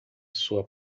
sua